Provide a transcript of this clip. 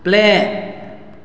play